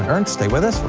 and ernst, stay with us,